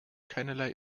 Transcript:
keinerlei